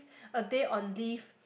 a day on leave